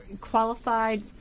qualified